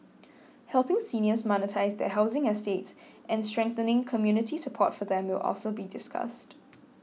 helping seniors monetise their housing assets and strengthening community support for them will also be discussed